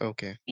Okay